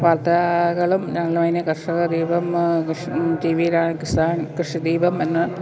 വാർത്തകളും ഞങ്ങൾ അതിനെ കർഷകദീപം കൃഷി ടീ വി കൃഷിദീപം എന്ന